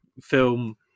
film